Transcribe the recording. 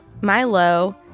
Milo